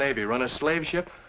navy run a slave ship